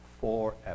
forever